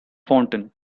fountain